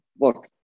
look